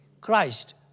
Christ